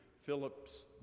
Phillips